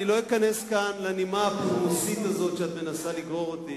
אני לא אכנס כאן לנימה הפולמוסית הזאת שאת מנסה לגרור אותי,